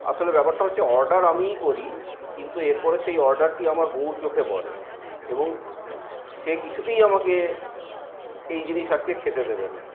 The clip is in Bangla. আসলে ব্যাপারটা হচ্ছে অর্ডার আমিই করি কিন্তু এরপরে সেই অর্ডারটি আমার বউয়ের চোখে পড়ে এবং সে কিছুতেই আমাকে এই জিনিস আজকে খেতে দেবে না